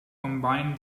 combined